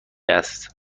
است